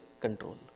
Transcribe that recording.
control